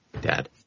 dad